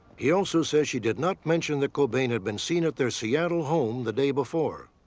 he also says she did not mention that cobain had been seen at their seattle home the day before.